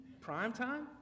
Primetime